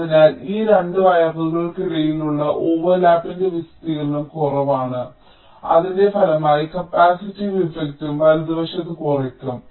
അതിനാൽ ഈ 2 വയറുകൾക്കിടയിലുള്ള ഓവർലാപ്പിന്റെ വിസ്തീർണ്ണം കുറവാണ് അതിന്റെ ഫലമായി കപ്പാസിറ്റീവ് ഇഫക്റ്റും വലതുവശത്ത് കുറയ്ക്കും